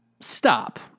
stop